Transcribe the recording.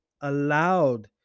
allowed